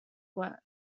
work